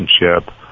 relationship